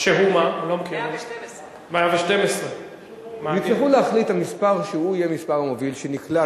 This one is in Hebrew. שהוא 112. 112. יצטרכו להחליט על מספר שהוא יהיה המספר המוביל שנקלט,